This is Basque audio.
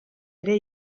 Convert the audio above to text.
ere